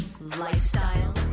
lifestyle